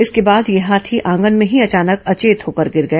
इसके बाद यह हाथी आंगन में ही अचानक अचेत होकर गिर गया